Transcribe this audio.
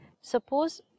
Suppose